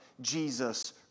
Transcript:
Jesus